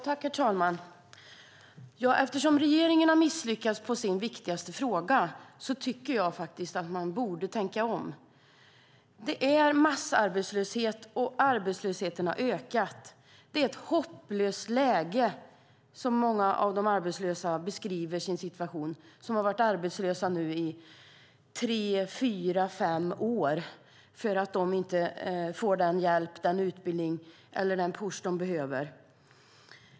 Herr talman! Eftersom regeringen har misslyckats med sin viktigaste fråga tycker jag att man borde tänka om. Det råder massarbetslöshet, och arbetslösheten har ökat. Det är ett hopplöst läge - så beskriver många arbetslösa sin situation. De har nu varit arbetslösa i tre, fyra eller fem år för att de inte får den hjälp, den utbildning eller den push de behöver.